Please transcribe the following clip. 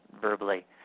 verbally